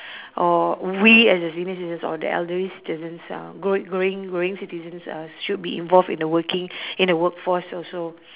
or we as the senior citizens or the elderly citizens uh growing growing growing citizens uh should be involved in the working in the workforce also